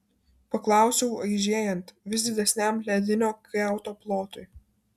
paklausiau aižėjant vis didesniam ledinio kiauto plotui